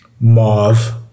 Mauve